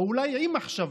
או אולי עם מחשבה,